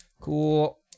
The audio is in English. Cool